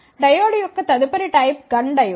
diode యొక్క తదుపరి type GUNN diode